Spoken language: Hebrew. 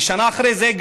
ושנה אחרי זה,